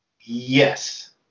yes